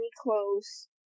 close